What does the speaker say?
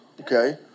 okay